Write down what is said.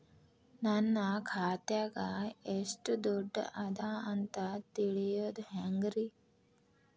ನನ್ನ ಖಾತೆದಾಗ ಎಷ್ಟ ದುಡ್ಡು ಅದ ಅಂತ ತಿಳಿಯೋದು ಹ್ಯಾಂಗ್ರಿ?